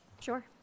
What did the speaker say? sure